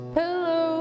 hello